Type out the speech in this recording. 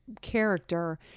character